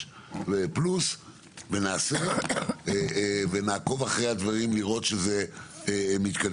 פלוס ונעקוב אחרי הדברים לראות שזה מתקדם.